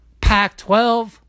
Pac-12